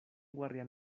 guardián